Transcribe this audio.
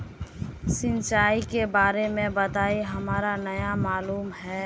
सिंचाई के बारे में बताई हमरा नय मालूम है?